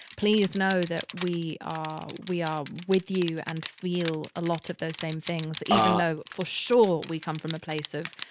please know that we ah we are with you and feel a lot of those same things, even though for sure we come from a place of,